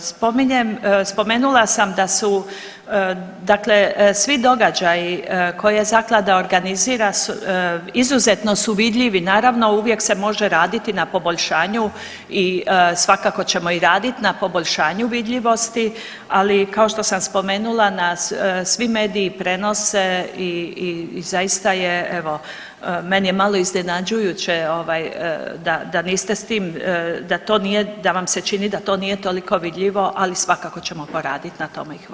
Spominjem, spomenula sam da su dakle svi događaji koje Zaklada organizira izuzetno su vidljivi, naravno, uvijek se može raditi na poboljšanju i svakako ćemo i raditi na poboljšanju vidljivosti, ali kao što sam spomenula, na, svi mediji prenose i zaista je evo, meni je malo iznenađujuće da niste s tim, da to nije, da vam se čini da to nije toliko vidljivo, ali svakako ćemo poraditi na tome i hvala.